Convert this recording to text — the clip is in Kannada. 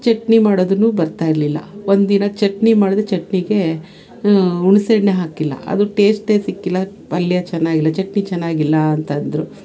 ಚಟ್ನಿ ಮಾಡೋದನ್ನು ಬರ್ತಾ ಇರಲಿಲ್ಲ ಒಂದಿನ ಚಟ್ನಿ ಮಾಡಿದೆ ಚಟ್ನಿಗೆ ಹುಣ್ಸೆಹಣ್ಣೇ ಹಾಕಿಲ್ಲ ಅದು ಟೇಸ್ಟೇ ಸಿಕ್ಕಿಲ್ಲ ಪಲ್ಯ ಚೆನ್ನಾಗಿಲ್ಲ ಚಟ್ನಿ ಚೆನ್ನಾಗಿಲ್ಲಾ ಅಂತಂದರು